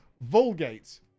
Vulgate